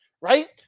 right